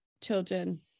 children